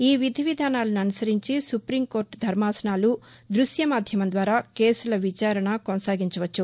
ఈ విధి విధానాలను అనుసరించి సుక్రీంకోర్ట ధర్మాసనాలు దృశ్య మాధ్యమం ద్వారా కేసుల విచారణ కొనసాగించవచ్చు